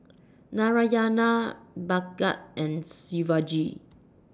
Narayana Bhagat and Shivaji